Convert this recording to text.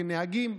כנהגים.